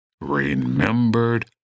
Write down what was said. remembered